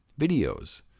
Videos